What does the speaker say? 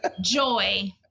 Joy